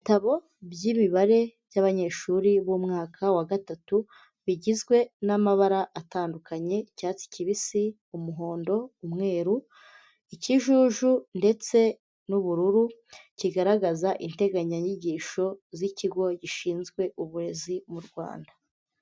Ibitabo by'imibare by'abanyeshuri b'umwaka wa gatatu, bigizwe n'amabara atandukanye: icyatsi kibisi, umuhondo, umweru, ikijuju ndetse n'ubururu, kigaragaza integanyanyigisho z'ikigo gishinzwe uburezi mu Rwanda.